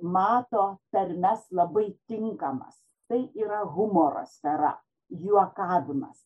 mato tarmes labai tinkamas tai yra humoro sfera juokavimas